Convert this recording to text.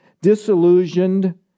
disillusioned